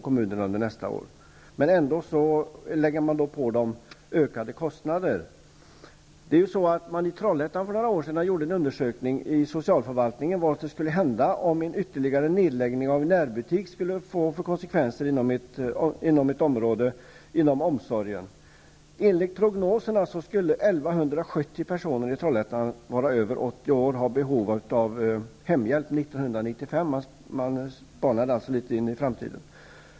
Kommunernas anslag skärs ju ned med 7,5 miljarder nästa år. Trots detta får kommunerna ökade kostnader. För några år sedan gjorde socialförvaltningen i Trollhättan en undersökning om vilka konsekvenser på omsorgen som en nedläggning av ytterligare en närbutik i ett område skulle få. Enligt prognoserna skulle 1 170 personer i Trollhättan vara över 80 år och ha behov av hemhjälp år 1995. Man spanade alltså litet in i framtiden.